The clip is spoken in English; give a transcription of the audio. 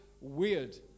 weird